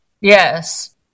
Yes